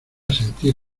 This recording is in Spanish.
sentir